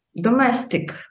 domestic